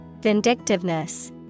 Vindictiveness